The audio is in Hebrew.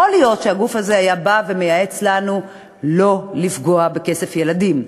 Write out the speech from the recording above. יכול להיות שהגוף הזה היה בא ומייעץ לנו לא לפגוע בכסף של ילדים,